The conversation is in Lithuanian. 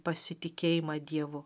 pasitikėjimą dievu